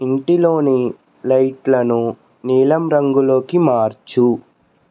ఇంటిలోని లైట్లను నీలం రంగులోకి మార్చు